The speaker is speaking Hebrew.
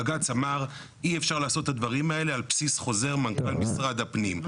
בג"ץ אמר שאי אפשר לעשות את הדברים האלה על בסיס חוזר מנכ"ל משרד הפנים.